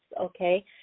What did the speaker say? okay